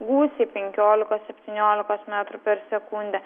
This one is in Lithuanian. gūsiai penkiolikos septyniolikos metrų per sekundę